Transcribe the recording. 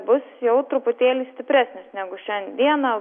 bus jau truputėlį stipresnis negu šiandieną